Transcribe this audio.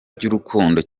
by’urukundo